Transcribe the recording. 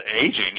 aging